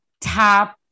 top